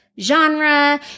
genre